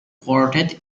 quartet